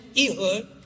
Ehud